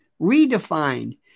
redefined